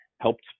helped